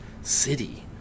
city